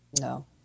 No